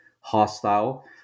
hostile